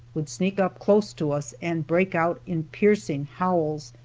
would sneak up close to us and break out in piercing howls,